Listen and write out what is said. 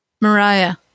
Mariah